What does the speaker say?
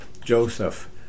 Joseph